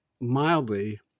mildly